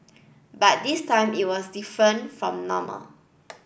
but this time it was different from normal